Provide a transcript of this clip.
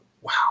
wow